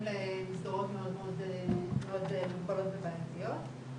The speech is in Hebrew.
למסגרות מאוד מאוד מוגבלות ובעייתיות.